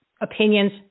opinions